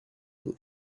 you